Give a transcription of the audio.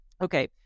okay